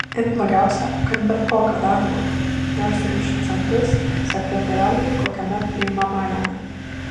ir blogiausia kad bet kokio darbo nors ir už centus sekretoriauti kokiame priimamajame